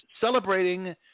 celebrating